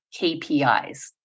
KPIs